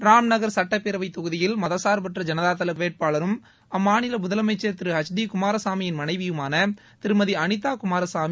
ராம்நகர் சட்டப்பேரவைத் தொகுதியில் மதசார்பற்ற ஜனதாதள வேட்பாளரும் அம்மாநில முதலமம்சர் திரு ஹெச் டி குமாரசாமியின் மனைவியுமான திருமதி அளிதா குமாரசாமி